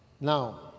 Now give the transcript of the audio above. Now